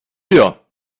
wir